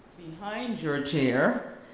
behind your chair